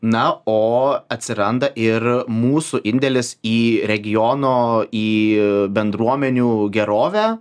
na o atsiranda ir mūsų indėlis į regiono į bendruomenių gerovę